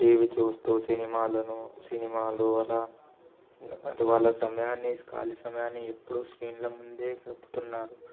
TV చూస్తు సినిమాలను సినిమాలు అలా వాళ్ళ సమయాన్ని ఖాళీ సమయాన్ని ఎప్పుడు స్క్రీన్ల ముందే గడుపుతున్నారు